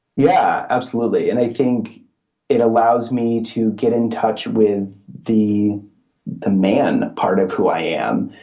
yeah, absolutely, and i think it allows me to get in touch with the the man part of who i am,